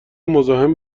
مزاحم